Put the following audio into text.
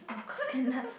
of course can lah